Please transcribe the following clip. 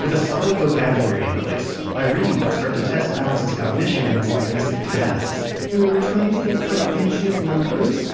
with a solid vocabulary in place, irene could start to test alex's cognition with some basic tasks we were trying to get comprehension of numbers